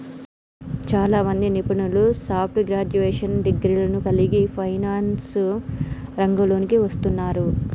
చాలామంది నిపుణులు soft graduation డిగ్రీలను కలిగి ఫైనాన్స్ రంగంలోకి వస్తున్నారు